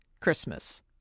Christmas